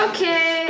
Okay